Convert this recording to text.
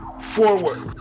forward